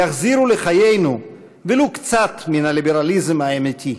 יחזירו לחיינו ולו מעט מהליברליזם האמיתי,